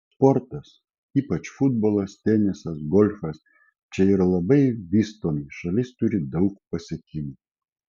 sportas ypač futbolas tenisas golfas čia yra labai vystomi šalis turi daug pasiekimų